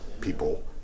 people